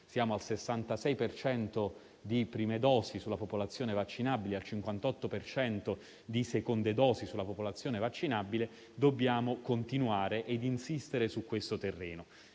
Siamo al 66 per cento di prime dosi sulla popolazione vaccinabili e al 58 per cento di seconde dosi sulla popolazione vaccinabile. Dobbiamo continuare ed insistere su questo terreno.